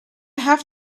have